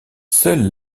seule